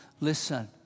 Listen